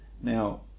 Now